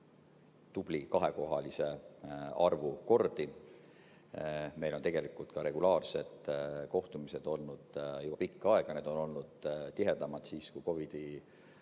tubli kahekohalise arvu kordi. Meil on tegelikult ka regulaarsed kohtumised olnud juba pikka aega, need olid tihedamad kevadel, kui COVID‑i